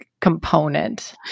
component